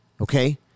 okay